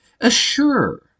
assure